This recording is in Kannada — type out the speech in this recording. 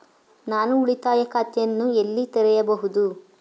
ನಾನು ಉಳಿತಾಯ ಖಾತೆಯನ್ನು ಎಲ್ಲಿ ತೆರೆಯಬಹುದು?